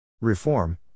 Reform